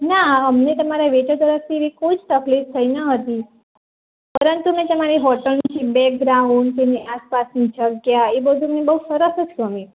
ના અમને તમારા વેટર તરફથી એવી કોઈ જ તકલીફ થઇ ન હતી પરંતુ મેં તમારી હોટેલનું બેકગ્રાઉન્ડ તેની આસપાસની જગ્યાએ બધું અમને બહુ સરસ જ ગમ્યું